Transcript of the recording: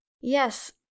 Yes